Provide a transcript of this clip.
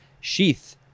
sheath